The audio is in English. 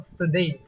today